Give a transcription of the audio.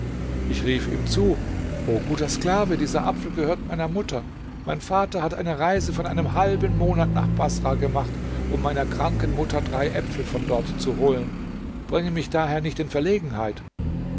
ich rief ihm zu o guter sklave dieser apfel gehört meiner mutter mein vater hat eine reise von einem halben monat nach baßrah gemacht um meiner kranken mutter drei äpfel von dort zu holen bringe mich daher nicht in verlegenheit